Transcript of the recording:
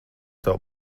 tavu